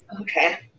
Okay